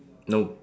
no